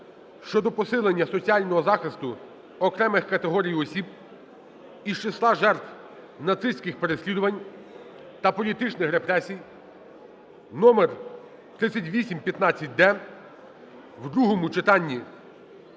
щодо посилення соціального захисту окремих категорій осіб з числа жертв нацистських переслідувань та політичних репресій (№ 3815-д) у другому читанні